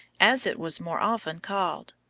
as it was more often called.